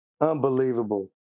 Unbelievable